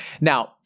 Now